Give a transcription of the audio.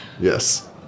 Yes